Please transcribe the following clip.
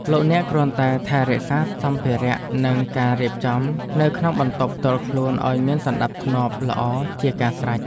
លោកអ្នកគ្រាន់តែថែរក្សាសម្ភារ:និងការរៀបចំនៅក្នុងបន្ទប់ផ្ទាល់ខ្លួនឱ្យមានសណ្តាប់ធ្នាប់ល្អជាការស្រេច។